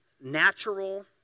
natural